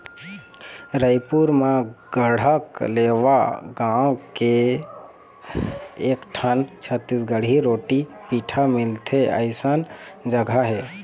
रइपुर म गढ़कलेवा नांव के एकठन छत्तीसगढ़ी रोटी पिठा मिलथे अइसन जघा हे